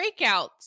breakouts